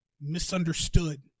misunderstood